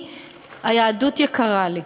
היהדות יקרה לי.